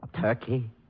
Turkey